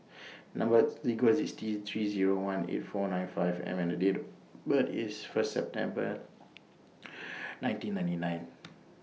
Number sequence IS T three Zero one eight four nine five M and Date of birth IS First September nineteen ninety nine